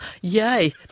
yay